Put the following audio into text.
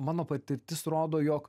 mano patirtis rodo jog